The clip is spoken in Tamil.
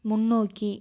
முன்னோக்கி